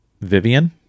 Vivian